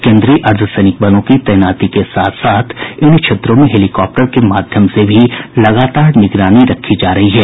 केन्द्रीय अर्द्वसैनिक बलों की तैनाती के साथ साथ इन क्षेत्रों में हेलीकॉप्टर के माध्यम से भी लगातार निगरानी रखी जा रही है